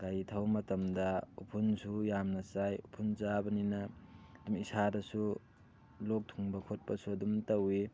ꯒꯥꯔꯤ ꯊꯧꯕ ꯃꯇꯝꯗ ꯎꯐꯨꯟꯁꯨ ꯌꯥꯝ ꯆꯥꯏ ꯎꯐꯨꯟ ꯆꯥꯕꯅꯤꯅ ꯏꯁꯥꯗꯁꯨ ꯂꯣꯛ ꯊꯨꯡꯕ ꯈꯣꯠꯄꯁꯨ ꯑꯗꯨꯝ ꯇꯧꯋꯤ